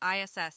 ISS